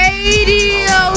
Radio